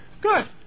Good